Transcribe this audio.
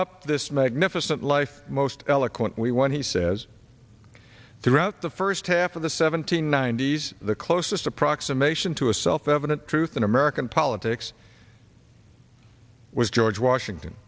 up this magnificent life most eloquently when he says throughout the first half of the seventeen nineties the closest approximation to a self evident truth in american politics was george washington